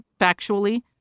factually